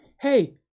Hey